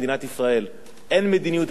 אין מדיניות הגירה למדינת ישראל.